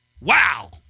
Wow